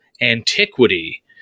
antiquity